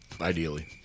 Ideally